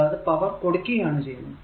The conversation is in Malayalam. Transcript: അതായത് പവർ കൊടുക്കുകയാണ് ചെയ്യുന്നത്